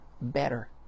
better